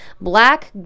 black